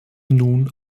nun